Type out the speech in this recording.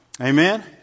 Amen